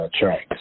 tracks